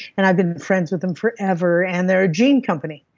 and i've been friends with them forever and they're a gene company.